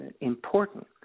important